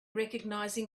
recognizing